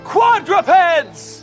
Quadrupeds